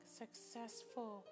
successful